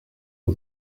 for